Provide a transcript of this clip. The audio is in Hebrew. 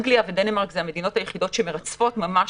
אנגליה ודנמרק הן המדינות היחידות שמרצפות ממש